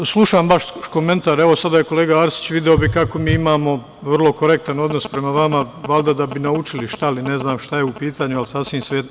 Slušam vaš komentar, evo, sad da je tu kolega Arsić video bi kako mi imamo vrlo korektan odnos prema vama, valjda da bi naučili, šta li, ne znam šta je u pitanju, ali, sasvim svejedno.